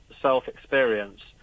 self-experience